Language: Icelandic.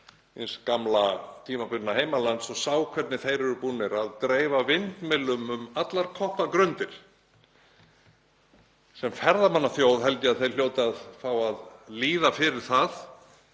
míns gamla tímabundna heimalands og sá hvernig þeir eru búnir að dreifa vindmyllum um allar koppagrundir. Sem ferðamannaþjóð held ég að þeir hljóti að fá að líða fyrir það